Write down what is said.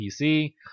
PC